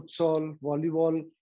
volleyball